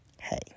Hey